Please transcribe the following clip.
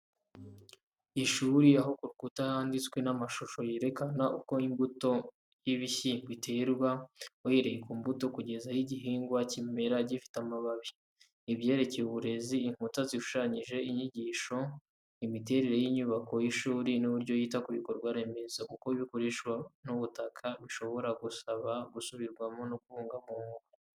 Ishuri aho ku rukuta handitswe n’amashusho yerekana uko imbuto y’ibishyimbo iterwa, uhereye ku mbuto kugeza aho igihingwa kimera gifite amababi. Ibyerekeye uburezi, inkuta zishushanyije inyigisho. Imiterere y’inyubako y’ishuri n’uburyo yita ku bikorwa remezo. Uko ibikoresho n’ubutaka bishobora gusaba gusubirwamo no kubungwabungwa.